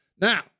Now